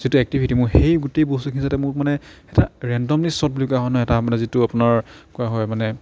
যিটো এক্টিভিটি মোৰ সেই গোটেই বস্তুখিনি যাতে মোক মানে এটা ৰেণ্ডমলি শ্বট বুলি কোৱা হয় নহয় এটা মানে যিটো আপোনাৰ কোৱা হয় মানে